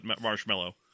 marshmallow